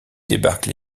débarquent